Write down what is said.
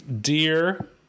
dear